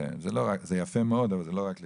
זה יפה מאוד, אבל זה לא רק ליופי.